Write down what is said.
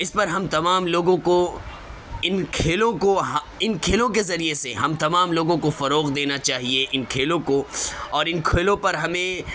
اس پر ہم تمام لوگوں کو ان کھیلوں کو ان کھیلوں کے ذریعے سے ہم تمام لوگوں کو فروغ دینا چاہیے ان کھیلوں کو اور ان کھیلوں پر ہمیں